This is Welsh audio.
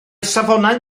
safonau